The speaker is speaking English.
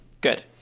Good